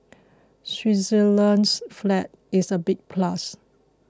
Switzerland's flag is a big plus